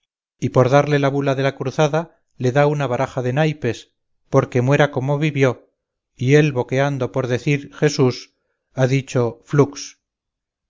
y por darle la bula de la cruzada le da una baraja de naipes porque muera como vivió y él boqueando por decir jesús ha dicho flux